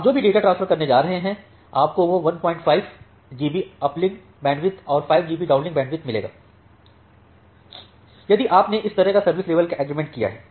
आप जो भी डेटा ट्रांसफर करने जा रहे हैं आपको वह 15 जीबी अपलिंक बैंडविड्थ और 5 जीबी डाउनलिंक बैंडविड्थ मिलेगा यदि आपने इस तरह का सर्विस लेवल का एग्रीमेंट किया है